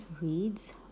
reads